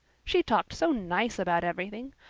she talked so nice about everything.